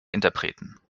interpreten